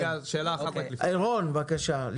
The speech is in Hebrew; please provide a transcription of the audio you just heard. רון כץ לפני כן, בבקשה.